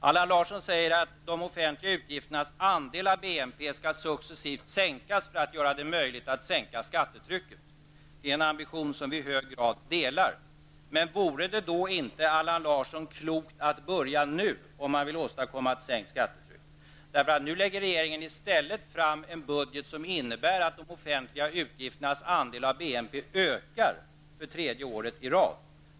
Allan Larsson säger att de offentliga utgifternas andel av BNP successivt skall sänkas för att göra det möjligt att sänka skattetrycket. Det är en ambition som vi i hög grad delar. Men vore det inte, Allan Larsson, klokt att börja nu, om man vill åstadkomma en sänkning av skattetrycket? Nu lägger regeringen i stället fram en budget som innebär att de offentliga utgifternas andel av BNP ökar för tredje året i följd.